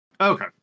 Okay